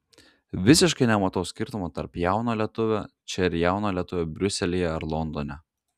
visiškai nematau skirtumo tarp jauno lietuvio čia ir jauno lietuvio briuselyje ar londone